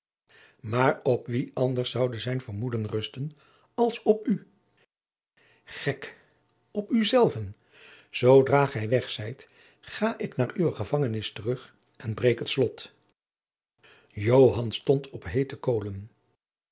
maar op wie anders zoude zijn vermoeden rusten als op u gek op uzelven zoodra gij weg zijt ga ik naar uwe gevangenis terug en breek het slot joan stond op heete kolen